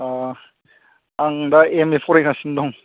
अ आं दा M A फरायगासिनो दं